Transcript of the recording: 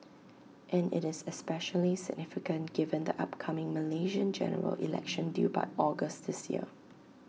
and IT is especially significant given the upcoming Malaysian General Election due by August this year